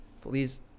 Please